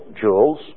jewels